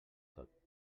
tot